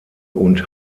und